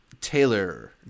Taylor